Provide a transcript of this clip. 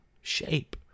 shape